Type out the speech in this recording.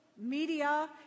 Media